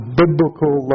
biblical